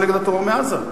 ונגד הטרור מעזה.